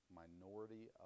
minority